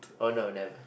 oh no never